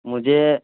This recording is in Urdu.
مجھے